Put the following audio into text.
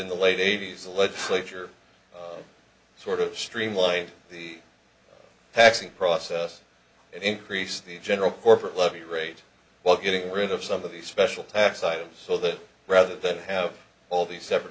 in the late eighty's the legislature sort of streamlined the taxing process and increased the general corporate levy rate while getting rid of some of these special tax items so that rather than have all these separate